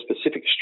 specific